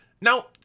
Now